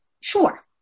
Sure